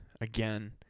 Again